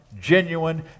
genuine